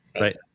Right